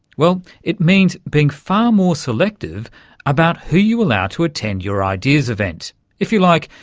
well, it means being far more selective about who you allow to attend your ideas event if you like,